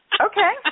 Okay